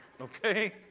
Okay